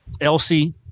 Elsie